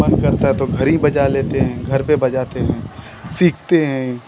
मन करता है तो घर ही बजा लेते हैं घर पर बजाते हैं सीखते हैं